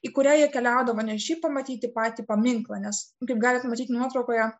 į kurią jie keliaudavo ne šiaip pamatyti patį paminklą nes kaip galite matyti nuotraukoje